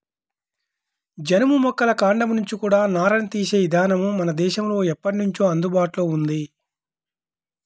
జనుము మొక్కల కాండం నుంచి కూడా నారని తీసే ఇదానం మన దేశంలో ఎప్పట్నుంచో అందుబాటులో ఉంది